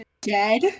dead